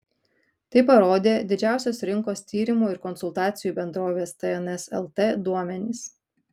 tai parodė didžiausios rinkos tyrimų ir konsultacijų bendrovės tns lt duomenys